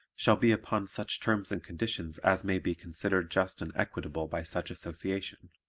shall be upon such terms and conditions as may be considered just and equitable by such association.